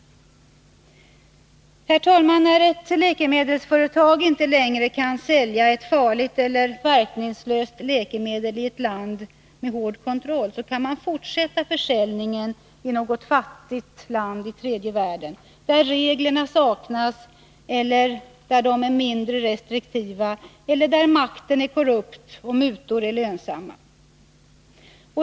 När ett läkemedelsföretag inte längre kan sälja ett farligt eller verknings 159 löst läkemedel i ett land med hård kontroll, kan man fortsätta försäljningen i något fattigt land i tredje världen, där reglerna saknas eller är mindre restriktiva eller där makten är korrupt och mutor lönsamma.